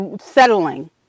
settling